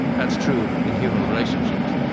that's true in human relationships.